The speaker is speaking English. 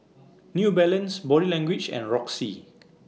New Balance Body Language and Roxy